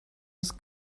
his